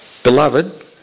Beloved